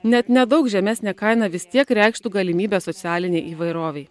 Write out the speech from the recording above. net nedaug žemesnė kaina vis tiek reikštų galimybę socialinei įvairovei